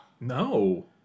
No